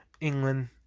England